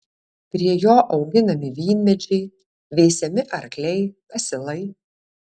prie jo auginami vynmedžiai veisiami arkliai asilai